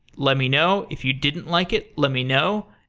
let me know. if you didn't like it, let me know.